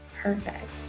Perfect